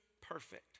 Perfect